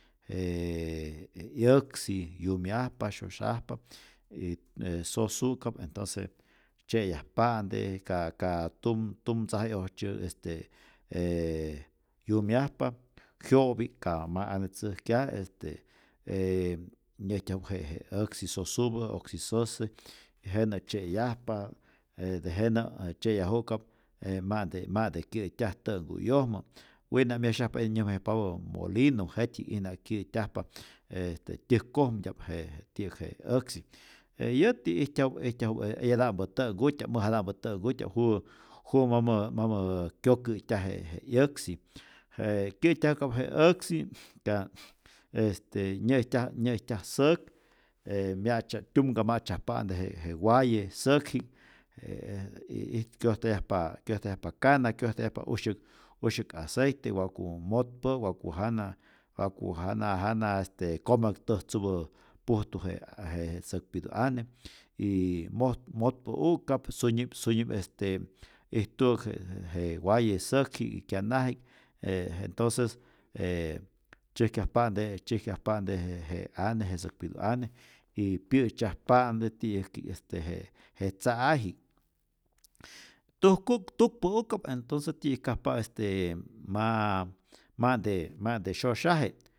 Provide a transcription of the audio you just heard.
J 'yäksi yumyajpa, syosyajpa y e sosuka'p entonce tzye'yajpa'nte, ka ka tum tum tzaji'oj tzyä este yumyajpa, jyo'pi'k ka ma ane tzäjkya este ee nyä'ijtyaju'p je je äksi sosupä, äksi sose y jenä tzye'yajpa, je tejenä tzye'yaju'ka'p e ma'nte ma'nte kyä'taj tä'nhkuyojmä, wina' myesyajpa'ijna nyäjmayajpapä molinu jetypi'k'ijna kyä'tyajpa este tyäjkojmtya'p je je ti'yäk je äksi, e yäti ijtyaju'p ijtyaju'p eyata'mpä tä'nhkutya'p mäjata'mpa tä'nhkutya'p juwä juwä mamä mamä kyokä'tyaje je 'yäksi, kyä'tyaju'ka'p je äksi ka este nyä'ijtya nyä'ijtyaj säk e mya'tzyaj tyumka ma'tzyajpa'nte je je waye säkji'k ee ii kyojtayajpa kyojtayajpa kana, kyojtayajpa usyäk usya'k aceite wa'ku motpä'u, wa'ku jana wa'ku jana jana este komek täjtzupä pujtu je je säkpitu ane y mot motpäu'ka'p sunyi'p sunyi'p este ijtu'äk je je waye säkji'k y kyanaji'k, ee entonces ee tzyäjkyajpa'nte tzyäjkyajpa'nte je je ane, je säkpitu ane, y pyä'tzyajpa'nte ti'ya'kji'k este je tza'ayji'k, tujku'p tukpä'u'kap entonce ti'yäjkajpa este ma ma'nte ma'nte syosyaje